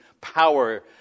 power